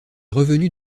revenus